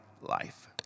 life